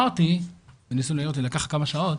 כשהתעוררתי, וניסו להעיר אותי וזה לקח כמה שעות,